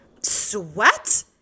sweat